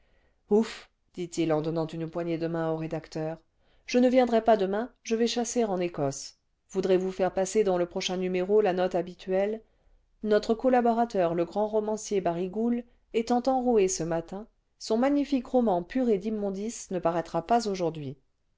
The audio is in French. ouf dit-il en donnant une poignée de main an rédacteur je ne viendrai pas demain je vais chasser en ecosse voudrez-vous faire passer dans le prochain numéro la note habituelle notre collaborateur le grand romancier barigoul étant enroué ce matin son magnifique roman purée d'jmmondices ne paraîtra pas aujourd'hui